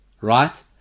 Right